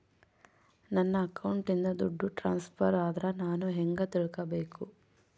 ನನ್ನ ಅಕೌಂಟಿಂದ ದುಡ್ಡು ಟ್ರಾನ್ಸ್ಫರ್ ಆದ್ರ ನಾನು ಹೆಂಗ ತಿಳಕಬೇಕು?